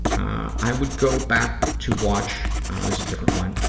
i would go back to watch, this is a different one,